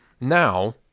now